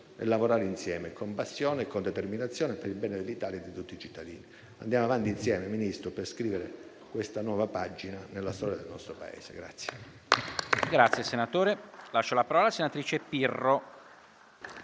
e lavorare insieme con passione e determinazione per il bene dell'Italia e di tutti i cittadini. Andiamo avanti insieme, signor Ministro, per scrivere questa nuova pagina nella storia del nostro Paese.